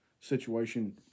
situation